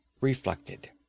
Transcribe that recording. reflected